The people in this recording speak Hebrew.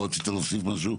נאור, רצית להוסיף משהו?